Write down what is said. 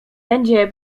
będzie